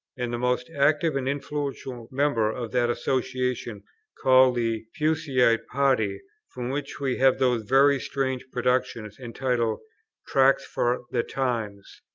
and the most active and influential member of that association called the puseyite party, from which we have those very strange productions, entitled, tracts for the times.